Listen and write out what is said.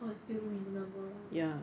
oh it's still reasonable lah